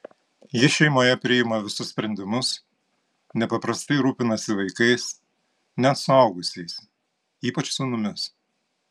ji šeimoje priima visus sprendimus nepaprastai rūpinasi vaikais net suaugusiais ypač sūnumis